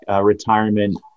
retirement